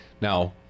Now